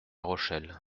rochelle